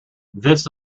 this